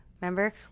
Remember